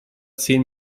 zehn